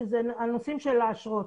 שאלה נושאי האשרות.